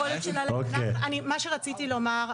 מה שרציתי לומר,